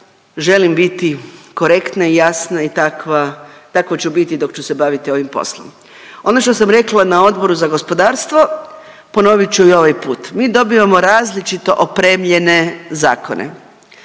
želim biti korektna i jasna i takva, tako ću biti dok ću se baviti ovim poslom. Ono što sam rekla na Odboru za gospodarstvo ponovit ću i ovaj put. Mi dobivamo različito opremljene zakone.